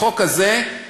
בחוק הזה,